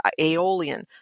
Aeolian